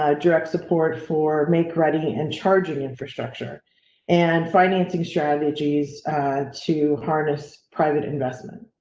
ah direct support for make reading and charging infrastructure and financing strategies to harness private investment.